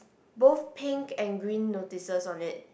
both pink and green notices on it